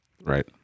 Right